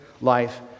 life